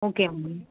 okay ma'am